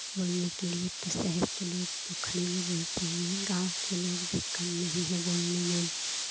बोलने के लिए तो शहर के लोग तो खड़ी में बोलते हैं यहीं गाँव के लोग भी कम नहीं हैं बोलने में